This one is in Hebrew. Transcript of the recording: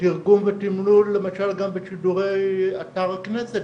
תרגום ותימלול למשל גם בשידורי אתר הכנסת.